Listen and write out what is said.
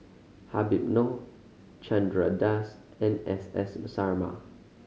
Habib Noh Chandra Das and S S Sarma